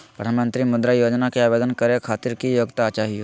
प्रधानमंत्री मुद्रा योजना के आवेदन करै खातिर की योग्यता चाहियो?